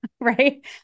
Right